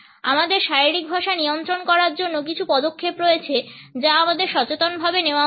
আমাদের শারীরিক ভাষা নিয়ন্ত্রণ করার জন্য কিছু পদক্ষেপ রয়েছে যা আমাদের সচেতনভাবে নেওয়া উচিত